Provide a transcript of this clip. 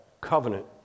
covenant